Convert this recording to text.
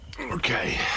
Okay